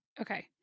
Okay